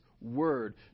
Word